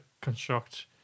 construct